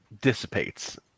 dissipates